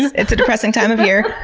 it's a depressing time of year.